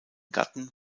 gatten